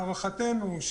הערכתנו,